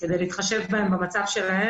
כדי להתחשב במצבם.